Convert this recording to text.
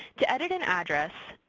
to edit an address,